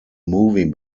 movie